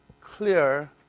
clear